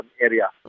area